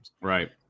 Right